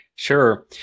Sure